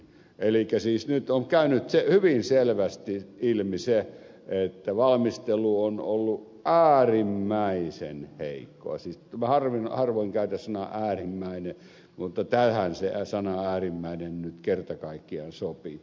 elikkä siis nyt on käynyt hyvin selvästi ilmi se että valmistelu on ollut äärimmäisen heikkoa harvoin käytän sanaa äärimmäinen mutta tähän se sana äärimmäinen nyt kerta kaikkiaan sopii